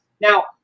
Now